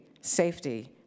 safety